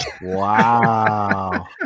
Wow